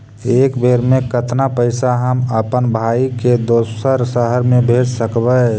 एक बेर मे कतना पैसा हम अपन भाइ के दोसर शहर मे भेज सकबै?